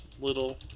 little